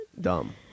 Dumb